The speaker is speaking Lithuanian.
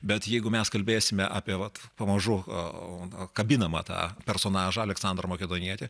bet jeigu mes kalbėsime apie vat pamažu kabinamą tą personažą aleksandrą makedonietį